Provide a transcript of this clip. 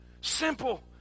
simple